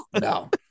No